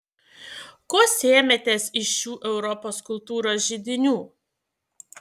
ko sėmėtės iš šių europos kultūros židinių